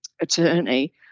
attorney